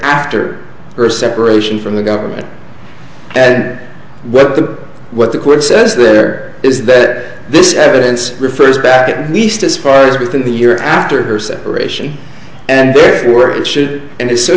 after her separation from the government said what the what the court says there is that this evidence refers back at least as far as within the year after her separation and there were it should it is so